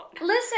Listen